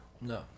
no